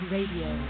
Radio